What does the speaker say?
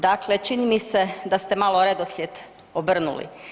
Dakle, čini mi se da ste malo redoslijed obrnuli.